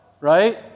right